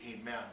Amen